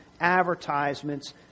advertisements